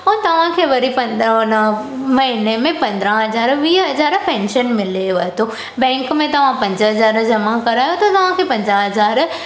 पोइ तव्हांखे वरी न न महिने में पंद्राहं हज़ार वीह हज़ार पेंशन मिलेव थो बैंक में तव्हां पंज हज़ार जमा करायो त तव्हांखे पंजाह हज़ार